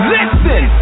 Listen